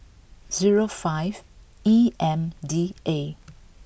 zero five E M D A